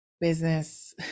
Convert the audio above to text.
business